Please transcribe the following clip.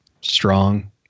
strong